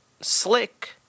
Slick